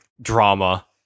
drama